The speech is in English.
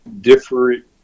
different